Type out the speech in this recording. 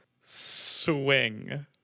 swing